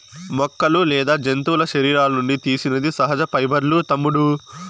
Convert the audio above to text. మొక్కలు లేదా జంతువుల శరీరాల నుండి తీసినది సహజ పైబర్లూ తమ్ముడూ